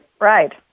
right